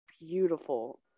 beautiful